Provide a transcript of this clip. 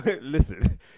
listen